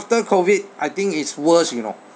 after COVID I think it's worse you know